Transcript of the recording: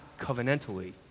covenantally